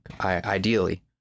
ideally